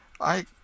I